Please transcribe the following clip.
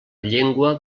llengua